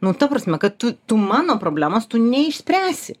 nu ta prasme kad tu tu mano problemos tu neišspręsi